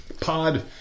pod